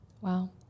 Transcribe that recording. Wow